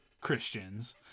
Christians